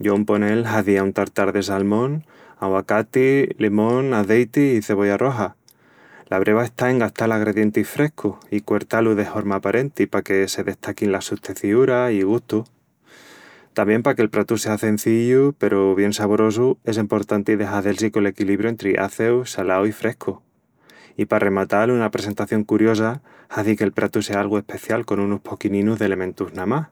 Yo, un ponel, hazía un tartar de salmón, aguacati, limón, azeiti i cebolla roxa. La breva está en gastal agredientis frescus i cuertá-lus de horma aparenti paque se destaquin las sus teciúras i gustus. Tamién, paque el pratu sea cenzillu peru bien saborosu, es emportanti de hazel-si col equilibru entri azeu, salau i frescu. I pa arrematal, una presentación curiosa hazi qu'el pratu sea algu especial con unus poquininus d'elementus namás.